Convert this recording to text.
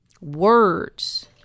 words